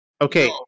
Okay